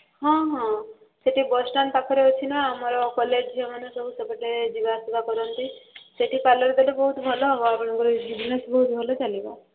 ହଁ ହଁ ସେଠି ବସ୍ ଷ୍ଟାଣ୍ଡ୍ ପାଖରେ ଅଛି ନା ଆମର କଲେଜ୍ ଝିଅମାନେ ସବୁ ସେପଟେ ଯିବା ଆସିବା କରନ୍ତି ସେଠି ପାର୍ଲର୍ ଦେଲେ ବହୁତ ଭଲ ହେବ ଆପଣଙ୍କର ବିଜନେସ୍ ବହୁତ ଭଲ ଚାଲିବ